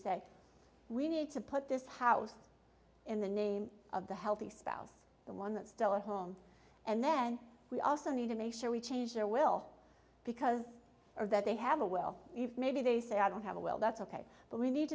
say we need to put this house in the name of the healthy spouse the one that's still at home and then we also need to make sure we change their will because of that they have a well maybe they say i don't have a well that's ok but we need